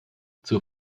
zur